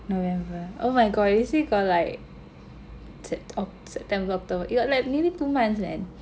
November oh my god this week got like tick-tock September October you got like nearly two months man